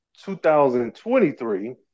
2023